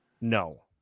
No